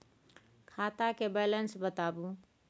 खाता के बैलेंस बताबू?